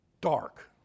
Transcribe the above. dark